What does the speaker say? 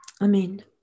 Amen